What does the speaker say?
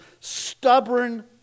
stubborn